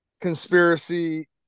conspiracy